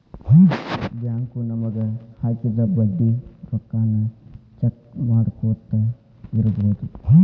bank ನಮಗ ಹಾಕಿದ ಬಡ್ಡಿ ರೊಕ್ಕಾನ ಚೆಕ್ ಮಾಡ್ಕೊತ್ ಇರ್ಬೊದು